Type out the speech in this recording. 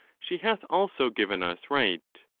she hath also given us right.